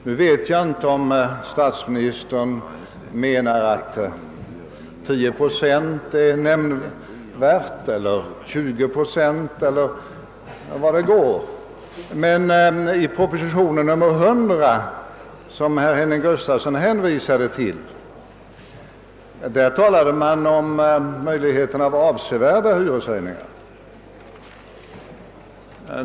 Nu vet jag inte om statsministern menar att 10 procent eller 20 procent eller vad det är skall betraktas som »nämnvärt». I propositionen 100, som herr Gustafsson i Skellefteå hänvisade till, talades det om möjligheten av avsevärda hyreshöjningar.